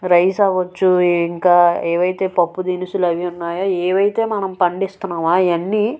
rice కావచ్చు ఇంకా ఏవి అయితే పప్పు దినుసులు అవి ఉన్నాయో ఏవి అయితే మనం పండిస్తున్నామో అవన్నీ